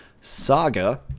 saga